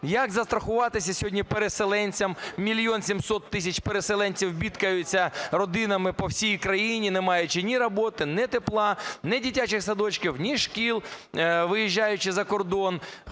як застрахуватися сьогодні переселенцям, 1 мільйон 700 тисяч переселенців бідкаються родинами по всій країні, не маючи ні роботи, ні тепла, ні дитячих садочків, ні шкіл, виїжджаючи за кордон?